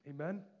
Amen